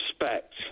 respect